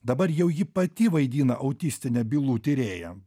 dabar jau ji pati vaidina autistinę bylų tyrėją